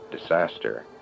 disaster